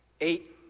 Eight